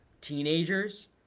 Teenagers